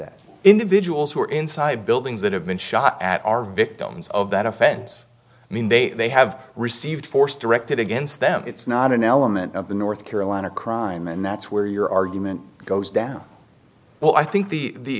that individuals who are inside buildings that have been shot at are victims of that offends i mean they have received force directed against them it's not an element of the north carolina crime and that's where your argument goes down well i think the